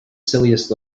silliest